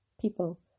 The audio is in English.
people